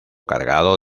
cargado